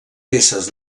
peces